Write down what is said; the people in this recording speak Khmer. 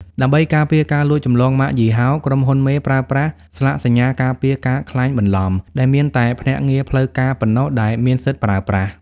ដើម្បីការពារ "ការលួចចម្លងម៉ាកយីហោ" ក្រុមហ៊ុនមេប្រើប្រាស់ "ស្លាកសញ្ញាការពារការក្លែងបន្លំ" ដែលមានតែភ្នាក់ងារផ្លូវការប៉ុណ្ណោះដែលមានសិទ្ធិប្រើប្រាស់។